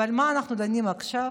ועל מה אנחנו דנים עכשיו?